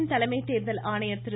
நாட்டின் தலைமை தேர்தல் ஆணையர் திரு